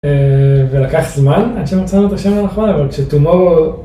ולקח זמן, עד שמצאנו את השם הנכון, אבל כש tomorrow...